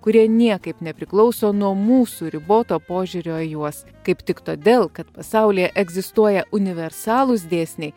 kurie niekaip nepriklauso nuo mūsų riboto požiūrio į juos kaip tik todėl kad pasaulyje egzistuoja universalūs dėsniai